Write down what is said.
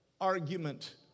argument